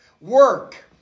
work